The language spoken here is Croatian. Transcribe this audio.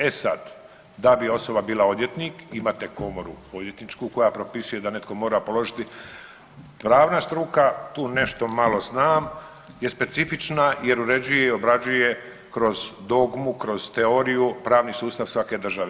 E sad, da bi osoba bila odvjetnik imate komoru odvjetničku koja propisuje da netko mora položiti, pravna struka, tu nešto malo znam, je specifična jer uređuje i obrađuje kroz dogmu, kroz teoriju pravni sustav svake države.